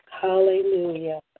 Hallelujah